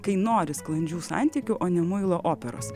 kai nori sklandžių santykių o ne muilo operos